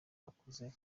bakuze